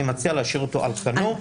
להשאיר אותו על כנו.